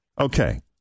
Okay